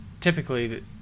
typically